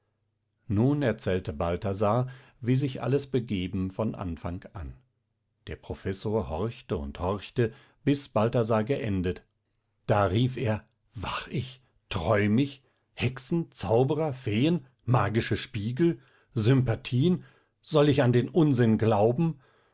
nun erzählte balthasar wie sich alles begeben von anfang an der professor horchte und horchte bis balthasar geendet da rief er wach ich träum ich hexen zauberer feen magische spiegel sympathien soll ich an den unsinn glauben